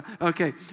Okay